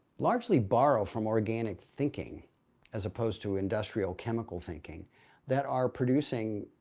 largely borrow from organic thinking as opposed to industrial chemical thinking that are producing